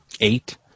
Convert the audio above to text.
Eight